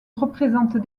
représentent